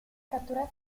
catturate